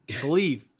Believe